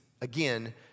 again